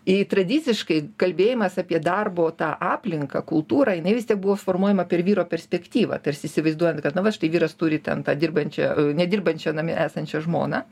tradiciškai kalbėjimas apie darbo tą aplinką kultūrą jinai vis tiek buvo suformuojama per vyro perspektyvą tarsi įsivaizduojant kad na va štai vyras turi ten tą dirbančią nedirbančią namie esančią žmoną